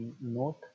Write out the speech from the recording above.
note